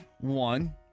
one